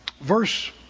verse